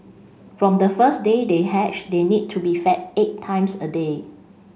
from the first day they hatch they need to be fed eight times a day